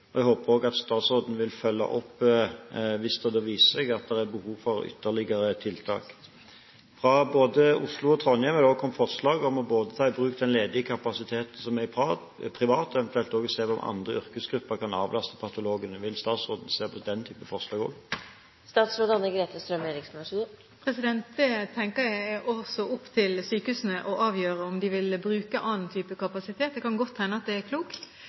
Jeg håper også at statsråden vil følge opp hvis det viser seg at det er behov for ytterligere tiltak. Fra både Oslo og Trondheim er det kommet forslag om å ta i bruk den ledige kapasiteten som er privat, og eventuelt også se om andre yrkesgrupper kan avlaste patologene. Vil statsråden se på den type forslag også? Det tenker jeg er også opp til sykehusene å avgjøre, om de vil bruke annen type kapasitet. Det kan godt hende at det er klokt.